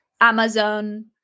Amazon